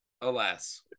alas